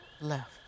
Left